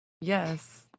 Yes